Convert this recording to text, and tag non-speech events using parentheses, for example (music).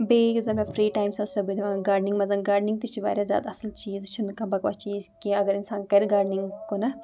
بیٚیہِ یُس زَن مےٚ فرٛی ٹایِم چھُ آسان سُہ (unintelligible) بہٕ دِوان گاڈنِنٛگ منٛز گاڈنِنٛگ تہِ چھِ واریاہ زیادٕ اَصٕل چیٖز یہِ چھِنہٕ کانٛہہ بکواس چیٖز کیٚنٛہہ اَگر اِنسان کَرِ گاڈنِنٛگ کُنَتھ